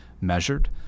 measured